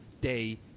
day